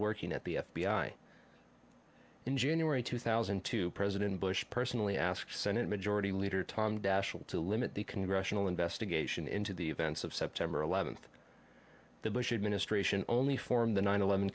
working at the f b i in january two thousand and two president bush personally asked senate majority leader tom daschle to limit the congressional investigation into the events of september eleventh the bush administration only formed the nine eleven